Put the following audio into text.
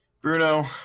Bruno